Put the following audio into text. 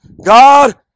God